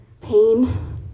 Pain